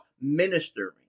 ministering